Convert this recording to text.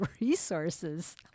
resources